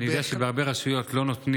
כי אני יודע שבהרבה רשויות לא נותנים